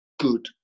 good